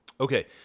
Okay